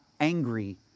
angry